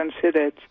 considered